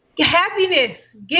Happiness